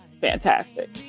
Fantastic